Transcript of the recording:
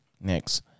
next